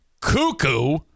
cuckoo